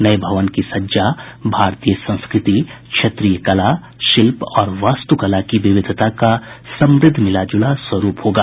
नए भवन की सज्जा भारतीय संस्कृति क्षेत्रीय कला शिल्प और वास्तुकला की विविधता का समृद्ध मिलाजुला स्वरूप होगा